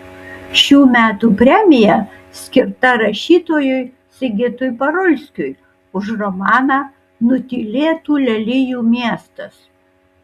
šių metų premija skirta rašytojui sigitui parulskiui už romaną nutylėtų lelijų miestas